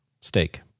Steak